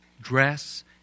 dress